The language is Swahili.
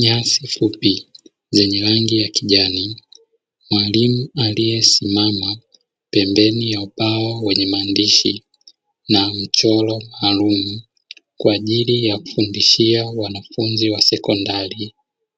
Nyasi fupi zenye rangi ya kijani, mwalimu aliyesimama pembeni ya ubao wenye maandishi na mchoro maalumu, kwa ajili ya kufundishia wanafunzi wa sekondari